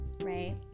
right